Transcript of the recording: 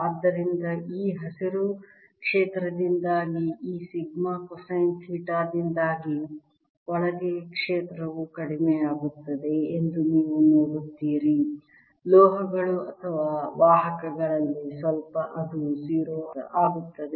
ಆದ್ದರಿಂದ ಈ ಹಸಿರು ಕ್ಷೇತ್ರದಿಂದಾಗಿ ಈ ಸಿಗ್ಮಾ ಕೊಸೈನ್ ಥೀಟಾ ದಿಂದಾಗಿ ಒಳಗೆ ಕ್ಷೇತ್ರವು ಕಡಿಮೆಯಾಗುತ್ತದೆ ಎಂದು ನೀವು ನೋಡುತ್ತೀರಿ ಲೋಹಗಳು ಅಥವಾ ವಾಹಕಗಳಲ್ಲಿ ಸ್ವಲ್ಪ ಅದು 0 ಆಗುತ್ತದೆ